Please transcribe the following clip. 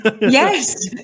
Yes